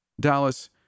Dallas